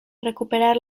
recuperar